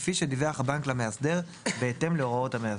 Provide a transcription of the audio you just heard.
כפי שדיווח הבנק למאסדר, בהתאם להוראות המאסדר.".